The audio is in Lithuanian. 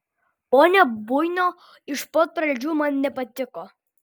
ponia buino iš pat pradžių man nepatiko